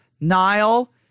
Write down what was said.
Nile